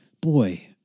boy